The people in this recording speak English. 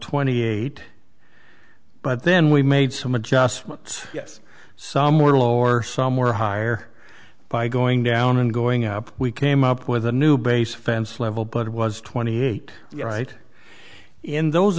twenty eight but then we made some adjustments yes some were lower some were higher by going down and going up we came up with a new base fence level but it was twenty eight right in those